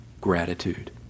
gratitude